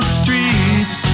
streets